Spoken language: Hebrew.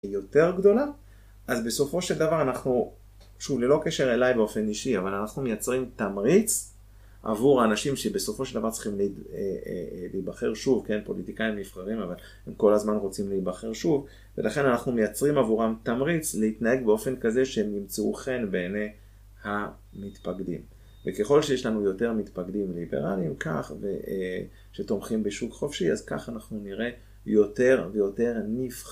יותר גדולה, אז בסופו של דבר אנחנו, שוב ללא קשר אליי באופן אישי, אבל אנחנו מייצרים תמריץ עבור אנשים שבסופו של דבר צריכים להיבחר שוב, כן פוליטיקאים נבחרים, אבל הם כל הזמן רוצים להיבחר שוב ולכן אנחנו מייצרים עבורם תמריץ להתנהג באופן כזה שהם ימצאו חן בעיני המתפקדים וככל שיש לנו יותר מתפקדים ליברליים כך, שתומכים בשוק חופשי, אז כך אנחנו נראה יותר ויותר נבחר